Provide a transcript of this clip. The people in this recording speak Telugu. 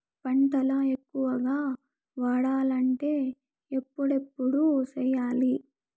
పంటల ఎక్కువగా పండాలంటే ఎప్పుడెప్పుడు సేయాలి?